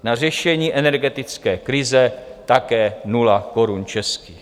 Na řešení energetické krize také nula korun českých.